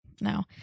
no